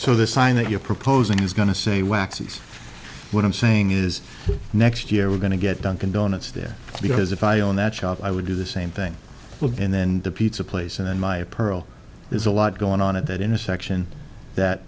so this sign that you're proposing is going to say waxes what i'm saying is next year we're going to get dunkin donuts there because if i own that shop i would do the same thing and then the pizza place and then my pearl there's a lot going on at that intersection that